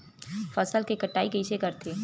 फसल के कटाई कइसे करथे?